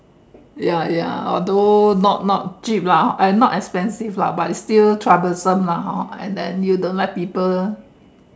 ya ya although not not cheap lah and not expensive lah but it's still troublesome lah hor and then you don't like people